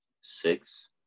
six